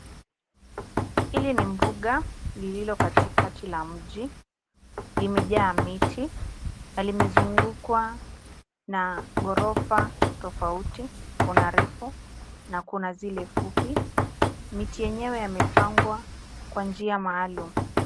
Hili ni mbuga lililo katikati la mji. Limejaa miti na limezungukwa na ghorofa tofauti kuna refu na kuna zile fupi. Miti yenyewe yamepangwa kwa njia maalum.